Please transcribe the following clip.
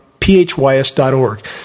phys.org